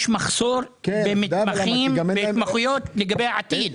יש מחסור במתמחים והתמחויות לגבי העתיד.